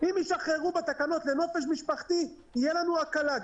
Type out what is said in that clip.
אם ישחררו בתקנות לנופש משפחתי תהיה לנו הקלה.